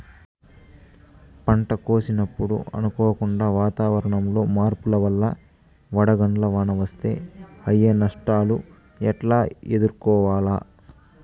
పంట కోసినప్పుడు అనుకోకుండా వాతావరణంలో మార్పుల వల్ల వడగండ్ల వాన వస్తే అయ్యే నష్టాలు ఎట్లా ఎదుర్కోవాలా?